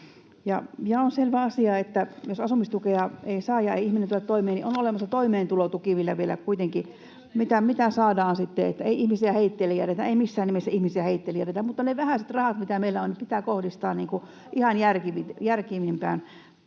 on selvä asia, että jos asumistukea ei saa ja ihminen ei tule toimeen, niin on olemassa toimeentulotuki, mitä sitten vielä kuitenkin saadaan. [Välihuuto vasemmalta] Että ei ihmisiä heitteille jätetä, ei missään nimessä ihmisiä heitteille jätetä. Mutta ne vähäiset rahat, mitä meillä on, pitää kohdistaa järkevimpiin